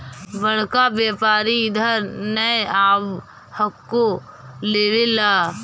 बड़का व्यापारि इधर नय आब हको लेबे ला?